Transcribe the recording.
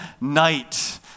night